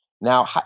Now